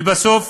לבסוף,